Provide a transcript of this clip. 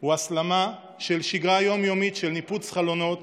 הוא הסלמה של שגרה יום-יומית של ניפוץ חלונות